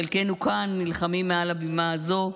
חלקנו כאן נלחמים מעל הבימה הזו.